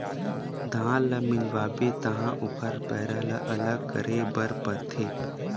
धान ल मिंजवाबे तहाँ ओखर पैरा ल अलग करे बर परथे